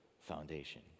foundation